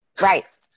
Right